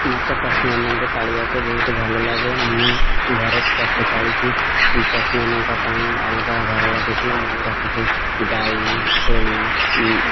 ମତେ ପଶୁମାନଙ୍କୁ ପାଳିବାକୁ ବହୁତ ଭଲ ଲାଗେ ମୁଁ ଘରେ ପଶୁ ପାଳିଛି ପଶୁମାନଙ୍କ ପାଇଁ ଅଲଗା ଘର ରଖିଛି ମୁ ରଖିଛି ଗାଈ ଛେଳି ମୁ